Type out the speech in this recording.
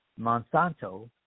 Monsanto